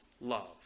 love